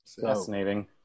Fascinating